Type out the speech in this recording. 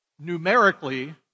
numerically